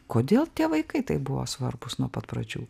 kodėl tie vaikai taip buvo svarbūs nuo pat pradžių